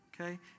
okay